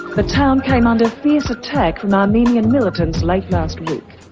the town came under fierce attack from armenian militants late last week,